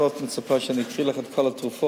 את לא מצפה שאני אקריא לך את כל התרופות,